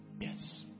Yes